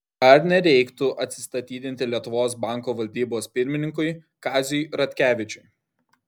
ar nereiktų atsistatydinti lietuvos banko valdybos pirmininkui kaziui ratkevičiui